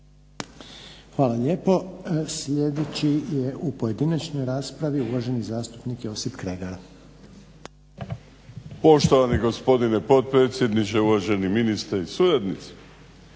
Hvala lijepo. Sljedeći je u pojedinačnoj raspravi uvaženi zastupnik Josip Kregar. **Kregar, Josip (Nezavisni)** Poštovani gospodine potpredsjedniče, uvaženi ministre i suradnici.